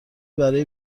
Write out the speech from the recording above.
برای